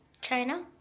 China